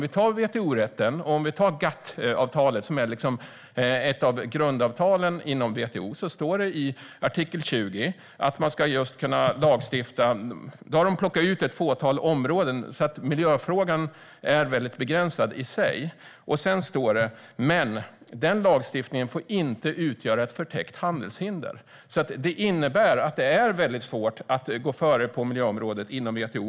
I GATT-avtalet, som är ett av grundavtalen inom WTO, har man plockat ut ett fåtal områden, så att miljöfrågan är väldigt begränsad. I artikel 20 står det: Men den lagstiftningen får inte utgöra ett förtäckt handelshinder. Det innebär att det är väldigt svårt att gå före på miljöområdet inom WTO.